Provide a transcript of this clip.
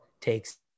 takes-